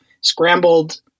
scrambled